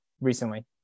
recently